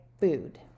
food